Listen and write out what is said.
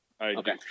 Okay